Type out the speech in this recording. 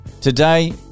Today